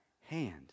hand